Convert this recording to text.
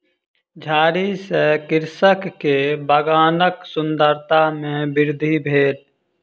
झाड़ी सॅ कृषक के बगानक सुंदरता में वृद्धि भेल